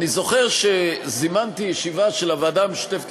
אני זוכר שזימנתי ישיבה של הוועדה המשותפת